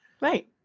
Right